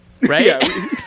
right